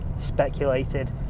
speculated